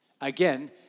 Again